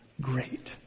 great